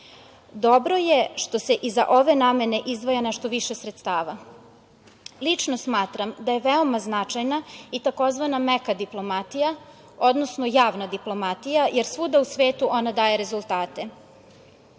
je što se i za ove namene izdvaja nešto više sredstava. Lično smatram da je veoma značajna i tzv. meka diplomatija, odnosno javna diplomatija, jer svuda u svetu ona daje rezultate. Zaležem